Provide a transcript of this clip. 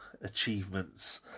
achievements